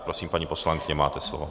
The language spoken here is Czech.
Prosím, paní poslankyně, máte slovo.